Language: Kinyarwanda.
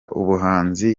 ubuhanzi